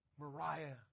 Mariah